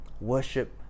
worship